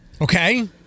Okay